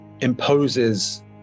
imposes